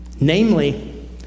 Namely